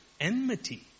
enmity